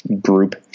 group